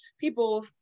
people